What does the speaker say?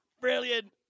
Brilliant